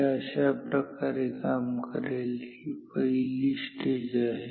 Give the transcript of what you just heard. हे अशाप्रकारे काम करेल ही पहिली स्टेज आहे